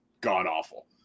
god-awful